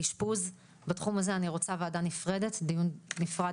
על סדר היום: בריאות הנפש עולם הילדים והנוער.